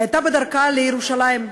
הייתה בדרכה לירושלים.